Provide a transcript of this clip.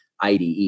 IDE